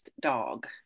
dog